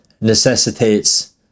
necessitates